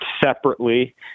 separately